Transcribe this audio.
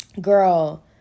Girl